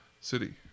city